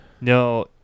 no